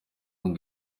ngo